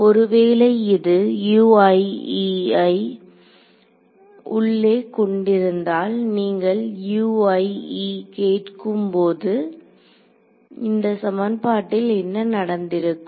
ஒருவேளை இது ஐ உள்ளே கொண்டிருந்தால் நீங்கள் ஐ கேட்கும் போது இந்த சமன்பாட்டில் என்ன நடந்திருக்கும்